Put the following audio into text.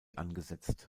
angesetzt